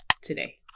today